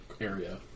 area